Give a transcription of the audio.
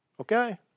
Okay